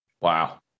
Wow